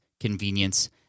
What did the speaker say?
convenience